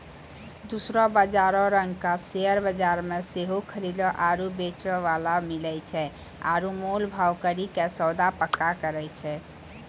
दोसरो बजारो रंगका शेयर बजार मे सेहो खरीदे आरु बेचै बाला मिलै छै आरु मोल भाव करि के सौदा पक्का करै छै